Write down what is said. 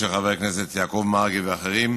של חבר הכנסת יעקב מרגי ואחרים.